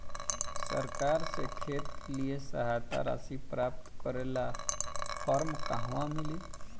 सरकार से खेत के लिए सहायता राशि प्राप्त करे ला फार्म कहवा मिली?